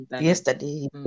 yesterday